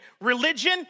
religion